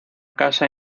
casa